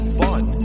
fun